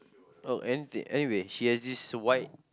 oh anything anyway she has this white